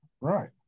Right